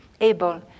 able